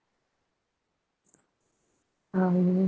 um